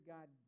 God